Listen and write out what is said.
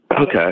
Okay